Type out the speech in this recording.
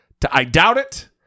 idoubtit